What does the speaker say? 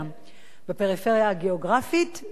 בפריפריה הגיאוגרפית והחברתית,